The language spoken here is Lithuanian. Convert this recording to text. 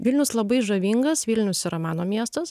vilnius labai žavingas vilnius yra mano miestas